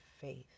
faith